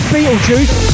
Beetlejuice